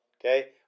okay